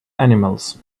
animals